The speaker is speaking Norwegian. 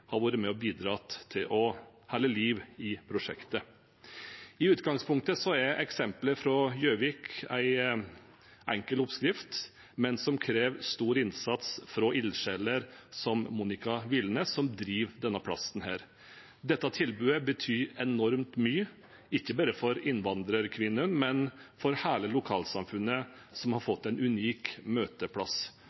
vært med på å bidra til å holde liv i prosjektet. I utgangspunktet er eksempelet fra Gjøvik en enkel oppskrift, men den krever stor innsats fra ildsjeler som Monica Vilnes, som driver denne plassen. Dette tilbudet betyr enormt mye – ikke bare for innvandrerkvinnene, men for hele lokalsamfunnet, som har fått en unik møteplass,